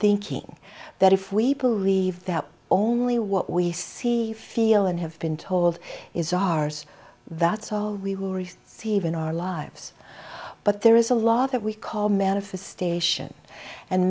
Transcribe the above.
thinking that if we believe that only what we see feel and have been told is ours that's all we will receive in our lives but there is a law that we call manifestation and